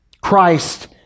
Christ